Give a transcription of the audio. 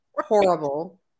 Horrible